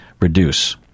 reduce